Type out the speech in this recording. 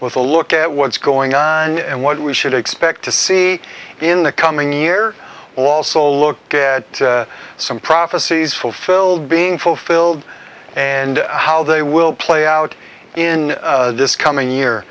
with a look at what's going on and what we should expect to see in the coming year also look at some prophecies fulfilled being fulfilled and how they will play out in this coming year